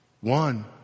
One